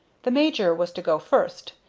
the major was to go first,